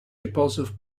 repulsive